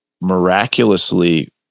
miraculously